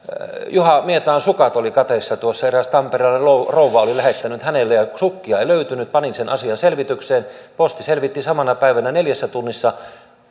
juha mietaan sukat olivat kateissa eräs tamperelainen rouva rouva oli lähettänyt ne hänelle ja sukkia ei löytynyt panin sen asian selvitykseen posti selvitti sen samana päivänä neljässä tunnissa